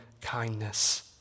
kindness